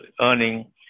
earning